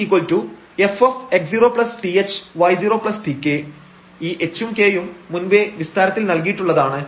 ഈ h ഉം k ഉം മുൻപേ വിസ്താരത്തിൽ നല്കിയിട്ടുള്ളതാണ്